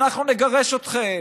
אנחנו נגרש אתכם,